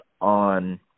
on